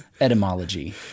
etymology